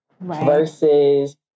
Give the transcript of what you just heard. versus